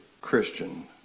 Christian